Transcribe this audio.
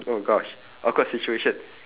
oh gosh awkward situation